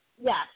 Yes